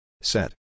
Set